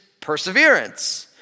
Perseverance